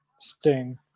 Sting